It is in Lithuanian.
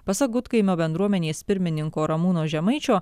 pasak gudkaimio bendruomenės pirmininko ramūno žemaičio